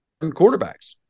quarterbacks